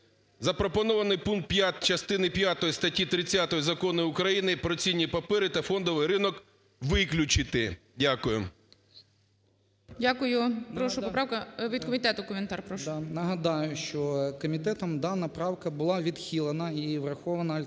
Запропонований пункт 5 частини п'ятої статті 30 Закону України "Про цінні папери та фондовий ринок" виключити. Дякую.